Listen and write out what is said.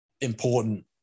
important